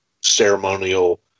ceremonial